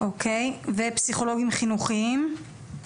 ופסיכולוגים חינוכיים?